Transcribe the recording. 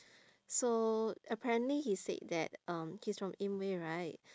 so apparently he said that um he's from inway right